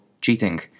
cheating